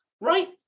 right